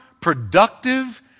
productive